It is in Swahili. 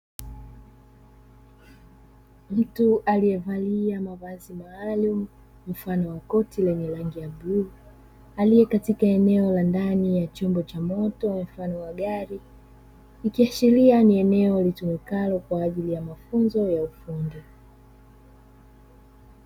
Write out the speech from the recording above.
Mtu aliyevalia mavazi maalumu mfano wa koti lenye rangi ya bluu, aliye katika eneo la ndani ya chombo cha moto mfano wa gari, ikiashiria kuwa ni eneo litumikalo kwa ajili ya mafunzo ya ufundi.